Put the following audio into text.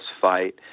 fight